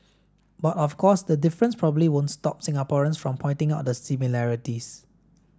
but of course the difference probably won't stop Singaporeans from pointing out the similarities